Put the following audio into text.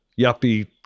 yuppie